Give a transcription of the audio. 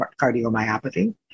cardiomyopathy